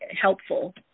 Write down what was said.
helpful